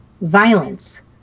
violence